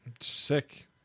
Sick